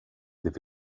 det